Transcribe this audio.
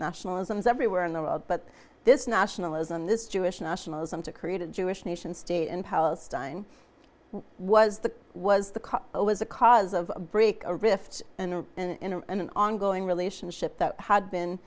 nationalism is everywhere in the world but this nationalism this jewish nationalism to create a jewish nation state in palestine was the was the was a cause of a break a rift and in an ongoing relationship that had been